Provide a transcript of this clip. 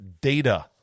data